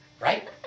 Right